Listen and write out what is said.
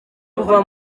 kuva